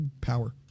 power